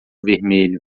vermelho